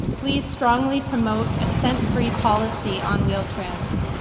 please strongly promote a scent-free policy on wheel-trans.